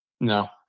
No